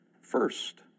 first